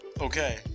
Okay